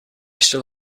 still